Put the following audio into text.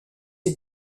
est